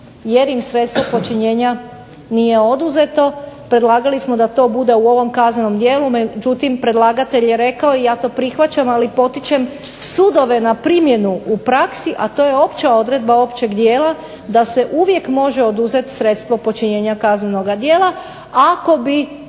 jer im sredstva počinjenja nije oduzeto, predlagali smo da to bude u ovom kaznenom djelu, međutim predlagatelj je rekao i ja to prihvaćam, ali potičem sudove na primjenu u praksi, a to je opća odredba općeg dijela da se uvijek može oduzeti sredstvo počinjenja kaznenoga djela, ako bi